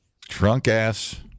Drunk-ass